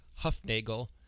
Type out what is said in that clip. Huffnagel